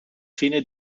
fine